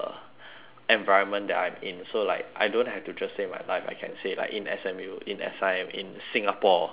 environment that I'm in so like I don't have to just say my life I can say like in S_M_U in S_I_M in singapore that kind of thing